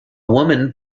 woman